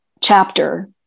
chapter